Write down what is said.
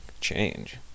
change